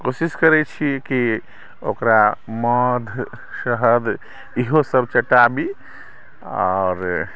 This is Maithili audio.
कोशिश करै छी की ओकरा मधु शहद इहोसभ चटाबी आओर